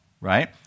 right